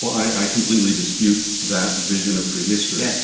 i completely dispute that vision of prehistory.